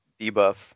debuff